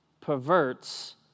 perverts